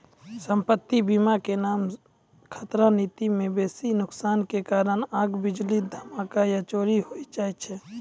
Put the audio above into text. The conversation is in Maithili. सम्पति बीमा के नाम खतरा नीति मे बेसी नुकसानो के कारण आग, बिजली, धमाका या चोरी होय छै